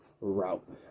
route